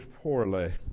poorly